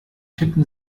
tippen